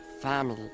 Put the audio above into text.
family